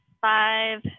five